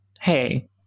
hey